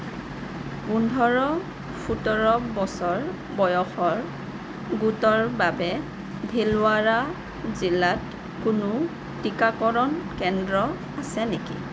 পোন্ধৰ সোতৰ বছৰ বয়সৰ গোটৰ বাবে ভিলৱাৰা জিলাত কোনো টীকাকৰণ কেন্দ্ৰ আছে নেকি